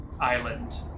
island